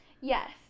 Yes